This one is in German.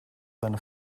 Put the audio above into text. seine